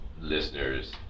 listeners